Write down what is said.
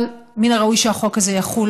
אבל מן הראוי שהחוק הזה יחול